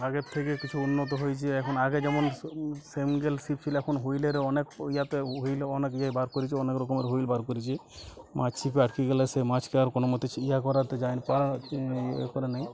আগের থেকে কিছু উন্নত হয়েছে এখন আগে যেমন সো সিঙ্গল ছিপ ছিল এখন হুইলের অনেক ও ইয়েতে উ হুইল অনেক ইয়ে বার করেছে অনেক রকমের হুইল বার করেছে মাছ ছিপে আটকে গেলে সে মাছকে আর কোনোমতে ছি ইয়ে করাতে যাইন পারা ইয়ে করার নেই